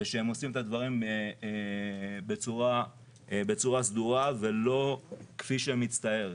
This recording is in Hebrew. ושהם עושים את הדברים בצורה סדורה ולא כפי שמצטייר.